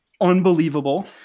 Unbelievable